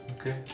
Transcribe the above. Okay